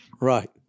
right